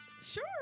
Sure